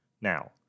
Now